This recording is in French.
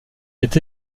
est